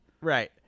Right